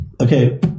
Okay